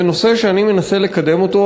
זה נושא שאני מנסה לקדם אותו,